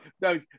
no